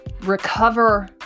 recover